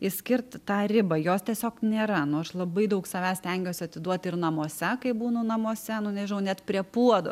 išskirt tą ribą jos tiesiog nėra nu aš labai daug savęs stengiuosi atiduot ir namuose kai būnu namuose nu nežinau net prie puodo